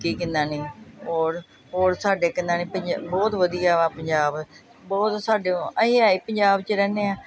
ਕਿ ਕਿੰਨਾ ਨਹੀਂ ਔਰ ਔਰ ਸਾਡੇ ਕਿੰਨਾ ਨਹੀਂ ਪੰਜ ਬਹੁਤ ਵਧੀਆ ਵਾ ਪੰਜਾਬ ਬਹੁਤ ਸਾਡੇ ਅਸੀਂ ਹੈ ਹੀ ਪੰਜਾਬ 'ਚ ਰਹਿੰਦੇ ਹਾਂ